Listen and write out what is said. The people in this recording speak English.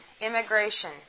immigration